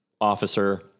Officer